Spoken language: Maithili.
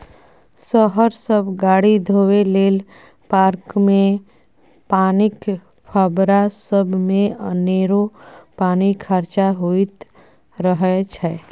शहर सब गाड़ी धोए लेल, पार्कमे पानिक फब्बारा सबमे अनेरो पानि खरचा होइत रहय छै